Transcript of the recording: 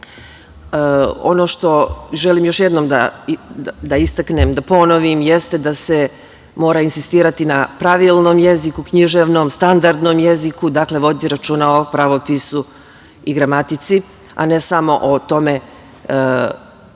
što želim još jednom da istaknem, da ponovim, jeste da se mora insistirati na pravilnom jeziku književnom, standardnom jeziku, dakle, voditi računa o pravopisu i gramatici, a ne samo o tome šta